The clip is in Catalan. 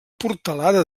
portalada